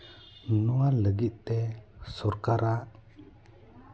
ᱱᱚᱣᱟ ᱞᱟᱹᱜᱤᱫ ᱛᱮ ᱥᱚᱨᱠᱟᱨᱟᱜ